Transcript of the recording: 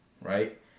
right